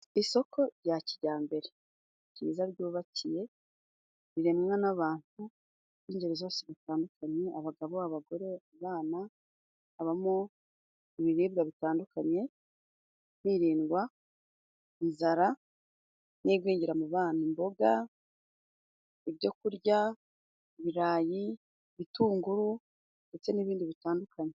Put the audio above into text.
Isoko rya kijyambere ryiza ryubakiye, riremwa n'abantu b'ingeri zose zitandukanye, abagabo, abagore, abana, habamo ibiribwa bitandukanye hirindwa inzara n'igwingira mu bana. Imboga, ibyo kurya, ibirayi, ibitunguru ndetse n'ibindi bitandukanye.